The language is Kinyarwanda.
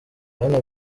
bwana